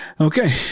okay